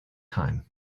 time